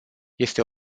este